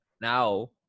now